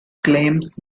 claims